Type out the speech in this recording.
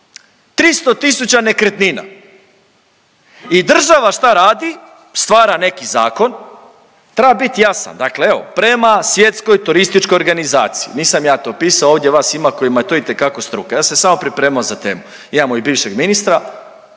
300 000 nekretnina i država šta radi? Stvara neki zakon, treba bit jasan. Dakle evo, prema Svjetskoj turističkoj organizaciji, nisam ja to pisao, ovdje vas ima kojima je to itekako struka. Ja sam se samo pripremao za temu. Imamo i bivšeg ministra,